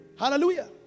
Hallelujah